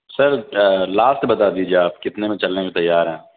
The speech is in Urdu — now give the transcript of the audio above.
سر لاسٹ بتا دیجیے آپ کتنے میں چلنے کو تیار ہیں